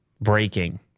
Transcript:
Breaking